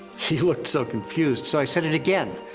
he looked so confused, so i said it again.